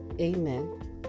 Amen